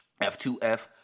F2F